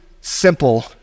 simple